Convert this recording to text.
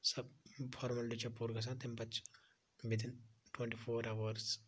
سب formality چھِ پوٗرٕ گَژھان تمہِ پَتہٕ چھِ وِدِن ٹُویٚنٹی فور آوٲرٕس